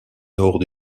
nord